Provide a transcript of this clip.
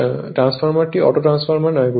ট্রান্সফরমারটি auto transformer নামে পরিচিত